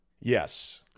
Yes